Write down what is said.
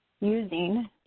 using